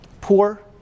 poor